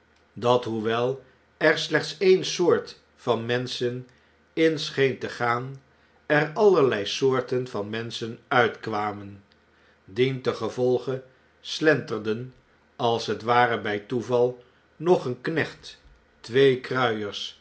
dat hoewel er slechts een soort van menschen in scheen te gaan er allerlei soorten van menschen uitkwamen dientengevolge slenterden als het ware by toeval nog een knecht twee kruiers